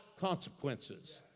consequences